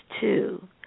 two